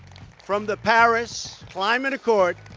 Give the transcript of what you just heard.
from the paris climate accord.